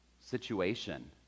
situation